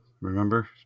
Remember